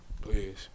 please